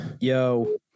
Yo